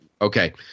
Okay